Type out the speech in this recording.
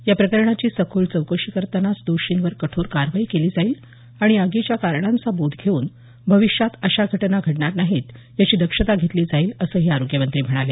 या प्रकरणाची सखोल चौकशी करतानाच दोषींवर कठोर करवाई केली जाईल आणि आगीच्या कारणांचा बोध घेऊन भविष्यात अशा घटना घडणार नाही याची दक्षता घेतली जाईल असंही आरोग्यमंत्री म्हणाले